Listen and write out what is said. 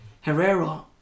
Herrera